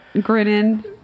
grinning